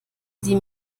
sie